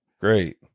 great